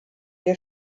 der